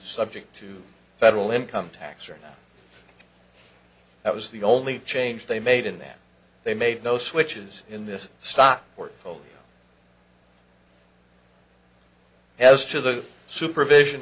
subject to federal income tax or not that was the only change they made in that they made no switches in this stock portfolio as to the supervision